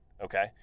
okay